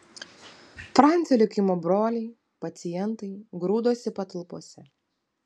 francio likimo broliai pacientai grūdosi patalpose